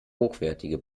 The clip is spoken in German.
hochwertige